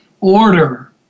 order